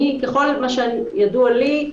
ככל הידוע לי,